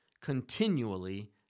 continually